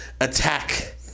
attack